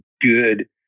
good